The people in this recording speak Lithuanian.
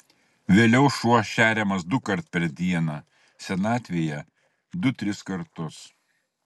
vėliau šuo šeriamas dukart per dieną senatvėje du tris kartus